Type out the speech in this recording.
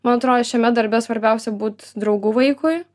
man atrodo šiame darbe svarbiausia būt draugu vaikui